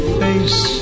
face